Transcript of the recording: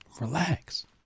relax